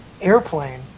airplane